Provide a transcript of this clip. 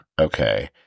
Okay